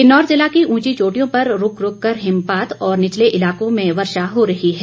किन्नौर जिला की ऊंची चोटियों पर रुक रुक कर हिमपात और निचले इलाकों में वर्षा हो रही है